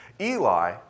Eli